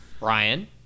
Ryan